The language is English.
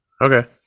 Okay